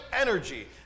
energy